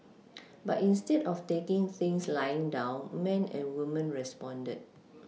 but instead of taking things lying down men and women responded